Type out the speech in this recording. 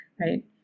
Right